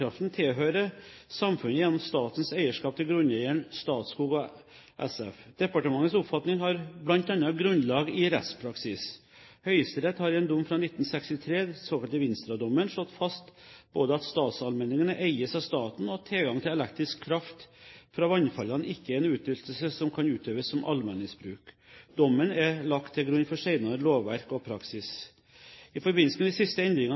Vannkraften tilhører samfunnet gjennom statens eierskap til grunneieren, Statskog SF. Departementets oppfatning har bl.a. grunnlag i rettspraksis. Høyesterett har i en dom fra 1963, den såkalte Vinstra-dommen, slått fast både at statsallmenningene eies av staten, og at tilgangen til elektrisk kraft fra vannfallene ikke er en utnyttelse som kan utøves som allmenningsbruk. Dommen er lagt til grunn for senere lovverk og praksis. I forbindelse med de siste endringene